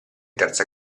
terza